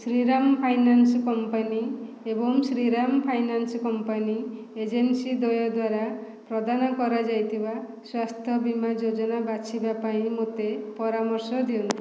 Shriram finance company ଏବଂ Shriram finance company agency ଦ୍ୱୟ ଦ୍ଵାରା ପ୍ରଦାନ କରାଯାଇଥିବା ସ୍ୱାସ୍ଥ୍ୟ ବୀମା ଯୋଜନା ବାଛିବା ପାଇଁ ମୋତେ ପରାମର୍ଶ ଦିଅନ୍ତୁ